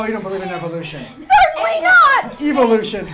or you don't believe in evolution evolution